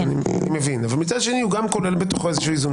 מבין אבל מצד שני, כולל בתוכו איזון.